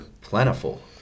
plentiful